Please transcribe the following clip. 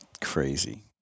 crazy